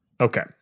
Okay